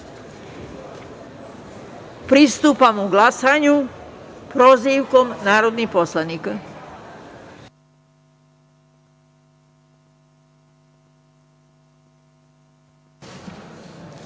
Dačić. Pristupamo glasanju prozivkom narodnih poslanika.